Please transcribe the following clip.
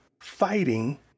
fighting